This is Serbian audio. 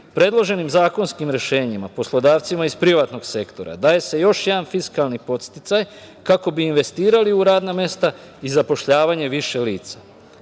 lica. Predloženim zakonskim rešenjima poslodavcima iz privatnog sektora daje se još jedan fiskalni podsticaj kako bi investirali u radna mesta i zapošljavanje više